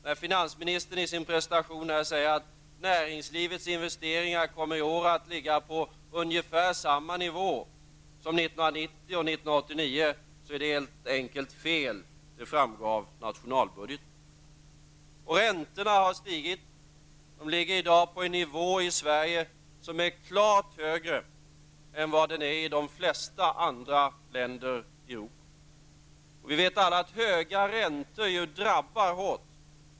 När finansministern i sin presentation säger att näringslivets investeringar i år kommer att ligga på ungefär samma nivå som 1990 och 1989 är det helt enkelt fel. Det framgår av nationalbudgeten. Räntorna har stigit. De ligger i dag i Sverige på en nivå som är klart högre än nivån i de flesta andra länder i Europa. Vi vet alla att höga räntor drabbar hårt.